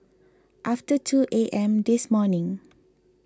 after two A M this morning